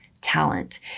talent